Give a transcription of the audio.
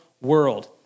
world